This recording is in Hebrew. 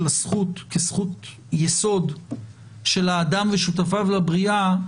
הזכות כזכות יסוד של האדם ושותפיו לבריאה,